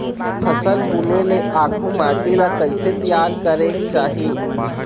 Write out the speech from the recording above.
फसल बुने ले आघु माटी ला कइसे तियार करेक चाही?